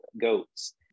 goats